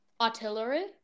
artillery